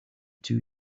two